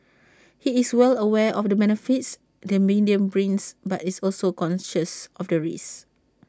he is well aware of the benefits the medium brings but is also conscious of the risks